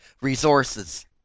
resources